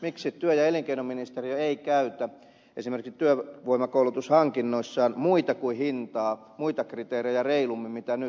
miksi työ ja elinkeinoministeriö ei käytä esimerkiksi työvoimakoulutushankinnoissaan muita kuin hintaa muita kriteerejä reilummin mitä nyt